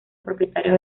propietario